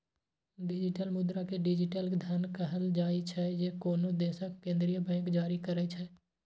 digital मुद्रा कें digital धन कहल जाइ छै, जे कोनो देशक केंद्रीय बैंक जारी करै छै